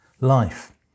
life